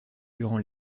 durant